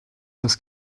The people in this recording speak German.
das